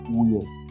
weird